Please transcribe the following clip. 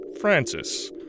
Francis